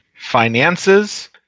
finances